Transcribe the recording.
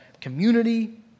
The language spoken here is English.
community